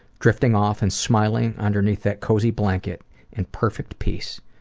drifting off and smiling underneath that cozy blanket in perfect peace,